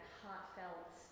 heartfelt